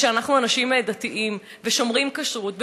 שאנחנו אנשים דתיים ושומרים כשרות.